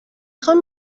خوام